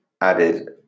added